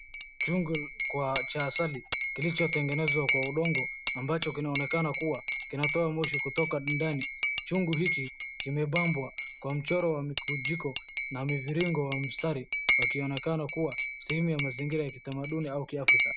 Chungu cha asali kilichotengenezwa kwa udongo ambacho kinaonekana kuwa kinatoa moshi kutoka ndani. Chungu hiki kimepambwa kwa mchoro wa mikujiko na miviringo wa mistari wakionekana kuwa sehemu ya mazingira ya kitamanduni au kiafrika.